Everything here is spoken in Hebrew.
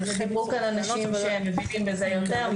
דיברו כאן אנשים שמבינים בזה יותר.